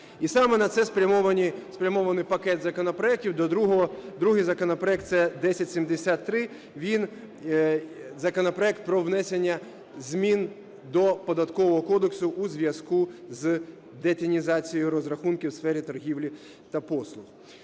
І саме на це спрямований пакет законопроектів до другого… Другий законопроект – це 1073. Він, законопроект про внесення змін до Податкового кодексу у зв'язку з детінізацією розрахунків у сфері торгівлі та послуг.